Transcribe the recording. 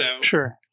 Sure